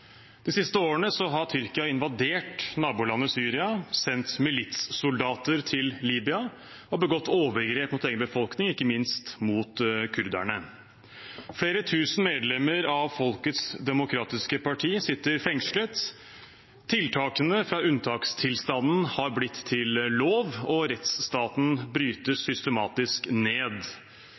De siste årene har Tyrkia invadert nabolandet Syria, sendt militssoldater til Libya og begått overgrep mot egen befolkning, ikke minst mot kurderne. Flere tusen medlemmer av Folkets demokratiske parti sitter fengslet. Tiltakene fra unntakstilstanden har blitt til lov, og rettsstaten brytes systematisk ned.